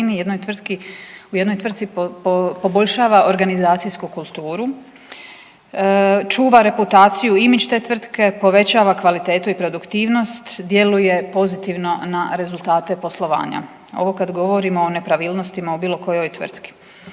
u jednoj tvrtci poboljšava organizacijsku kulturu, čuva reputaciju i imidž te tvrtke, povećava kvalitetu i produktivnost, djeluje pozitivno na rezultate poslovanja. Ovo kad govorimo o nepravilnostima u bilo kojoj tvrtki.